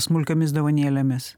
smulkiomis dovanėlėmis